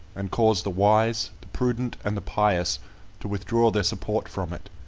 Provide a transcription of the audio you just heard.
and cause the wise, the prudent, and the pious to withdraw their support from it,